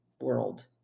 world